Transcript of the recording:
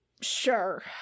Sure